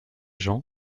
jean